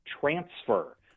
transfer